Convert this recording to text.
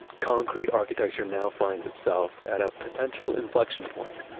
concrete architecture now finds itself at a potential inflection point.